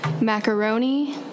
Macaroni